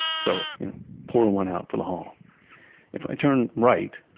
so pour one out for the hall if i turn right,